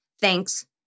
Thanks